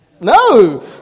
No